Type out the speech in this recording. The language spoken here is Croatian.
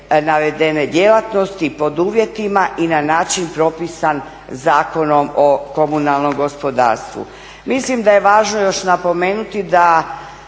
navedene djelatnosti pod uvjetima i na način propisan Zakonom o komunalnom gospodarstvu. Mislim da je važno još napomenuti da